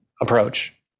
approach